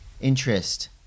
interest